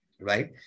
right